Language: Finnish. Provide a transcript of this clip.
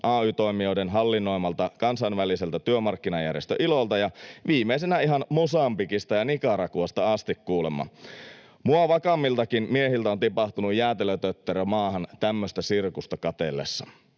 ay-toimijoiden hallinnoimalta kansainväliseltä työmarkkinajärjestöltä ILOlta ja viimeisenä ihan Mosambikista ja Nicaraguasta asti kuulemma. Minua vakaammiltakin miehiltä on tipahtanut jäätelötötterö maahan tämmöistä sirkusta katsellessa.